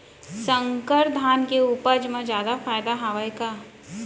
संकर धान के उपज मा जादा फायदा हवय का?